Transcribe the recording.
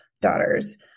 daughters